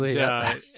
yeah.